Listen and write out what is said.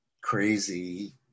crazy